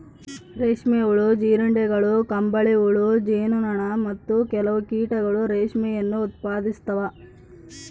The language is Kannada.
ರೇಷ್ಮೆ ಹುಳು, ಜೀರುಂಡೆಗಳು, ಕಂಬಳಿಹುಳು, ಜೇನು ನೊಣ, ಮತ್ತು ಕೆಲವು ಕೀಟಗಳು ರೇಷ್ಮೆಯನ್ನು ಉತ್ಪಾದಿಸ್ತವ